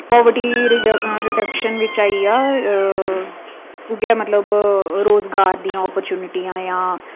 poverty रिज reduction विच आई गेआ अऽ उ'ऐ मतलब रोजगार दियां अपर्चुनटियां जां